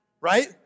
right